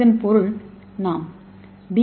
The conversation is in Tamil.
இதன் பொருள் நாம் டி